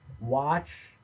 Watch